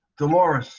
dolores